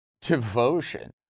devotion